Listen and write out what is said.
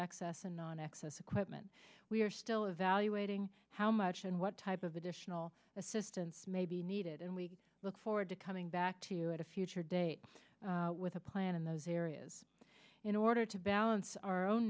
access and on access equipment we are still evaluating how much and what type additional assistance may be needed and we look forward to coming back to you at a future date with a plan in those areas in order to balance our own